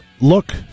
look